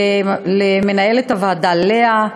למנהלת הוועדה לאה,